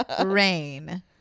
rain